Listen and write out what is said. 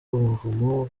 umuvumo